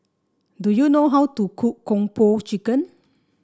do you know how to cook Kung Po Chicken